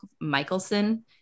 Michelson